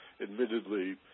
admittedly